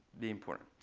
be important.